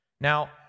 Now